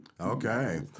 Okay